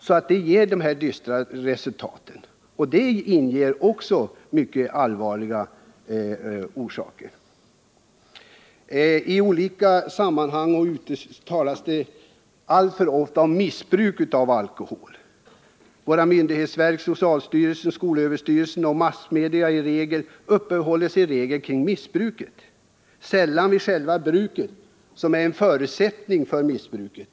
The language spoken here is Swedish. Därför får vi dessa dystra resultat. Och det inger också mycket allvarliga farhågor. I olika sammanhang talas det alltför ofta om missbruket av alkohol. Våra myndighetsverk, socialstyrelsen och skolöverstyrelsen, och massmedia uppehåller sig i regel vid missbruket, sällan vid själva bruket, som är en förutsättning för missbruket.